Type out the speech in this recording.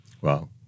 Wow